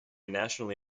nationally